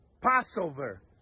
Passover